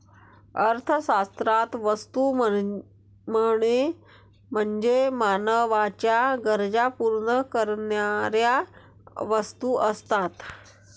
अर्थशास्त्रात वस्तू म्हणजे मानवाच्या गरजा पूर्ण करणाऱ्या वस्तू असतात